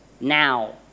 now